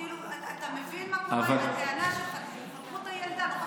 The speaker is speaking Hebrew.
מבין מה קורה, חקרו את הילדה אני מצטערת.